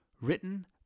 Written